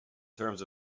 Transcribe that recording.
terms